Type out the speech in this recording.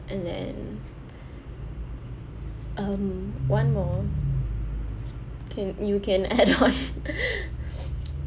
and then um one more can you can add on